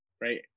right